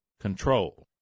control